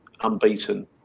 unbeaten